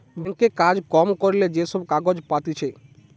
bank এ কাজ কম করিলে যে সব কাগজ পাতিছে